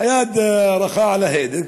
היד קלה על ההדק.